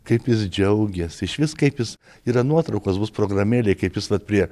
kaip jis džiaugės išvis kaip jis yra nuotraukos bus programėlėj kaip jis vat prie